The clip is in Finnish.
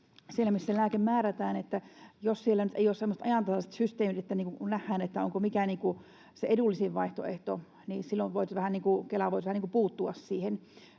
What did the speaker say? siellä, missä lääke määrätään, ei nyt ole semmoiset ajantasaiset systeemit, että nähdään, mikä on se edullisin vaihtoehto, niin silloin Kela voisi vähän niin